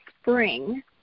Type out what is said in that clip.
spring